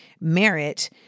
merit